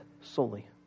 solely